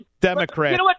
Democrat